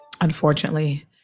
unfortunately